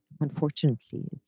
unfortunately